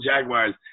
Jaguars